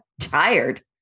tired